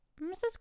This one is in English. Mrs